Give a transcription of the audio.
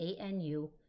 ANU